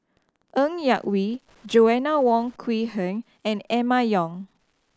Ng Yak Whee Joanna Wong Quee Heng and Emma Yong